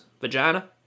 vagina